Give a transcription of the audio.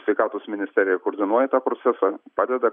sveikatos ministerija koordinuoja tą procesą padeda